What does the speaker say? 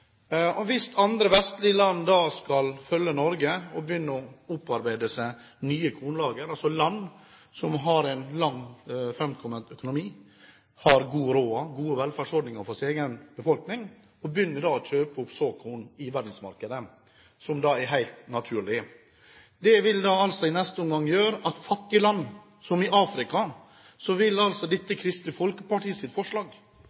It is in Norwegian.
korn. Hvis andre vestlige land skal følge Norge og begynne å opparbeide seg nye kornlagre, altså at land som har en langt framkommet økonomi, har god råd og gode velferdsordninger for sin egen befolkning, begynner å kjøpe opp såkorn i verdensmarkedet, som er helt naturlig, vil dette Kristelig Folkeparti-forslaget medføre at fattige land, som land i Afrika, vil